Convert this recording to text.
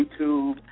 YouTube